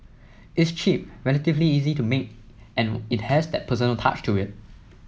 it's cheap relatively easy to make and it has that personal touch to it